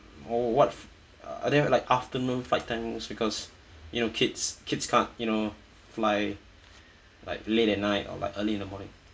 what are there like afternoon flight times because you know kids kids can't you know fly like late at night or like early in the morning